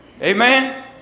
Amen